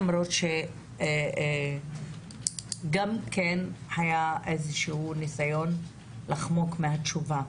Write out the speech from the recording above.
למרות שהיה גם כן איזשהו ניסיון לחמוק מהתשובה.